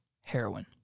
heroin